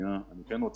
רוצה